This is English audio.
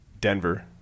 denver